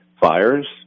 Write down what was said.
fires